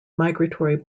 migratory